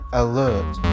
alert